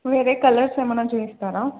వేరే కలర్స్ ఏమైన్నా చూపిస్తారా